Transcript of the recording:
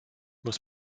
muss